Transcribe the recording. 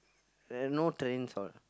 there no trains all